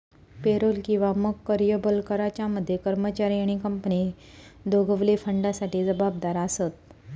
payroll किंवा मगे कर्यबल कराच्या मध्ये कर्मचारी आणि कंपनी दोघवले फंडासाठी जबाबदार आसत